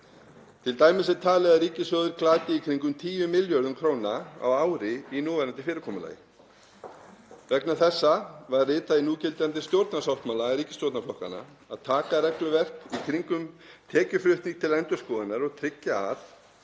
t.d. er talið að ríkissjóður glati í kringum 10 milljörðum kr. á ári í núverandi fyrirkomulagi. Vegna þessa var ritað í núgildandi stjórnarsáttmála ríkisstjórnarflokkanna að taka regluverk í kringum tekjuflutning til endurskoðunar og tryggja að